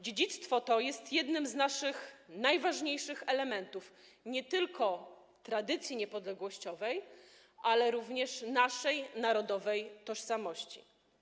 Dziedzictwo to jest jednym z najważniejszych elementów nie tylko naszej tradycji niepodległościowej, ale również naszej narodowej tożsamości.